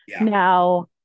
now